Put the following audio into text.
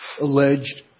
alleged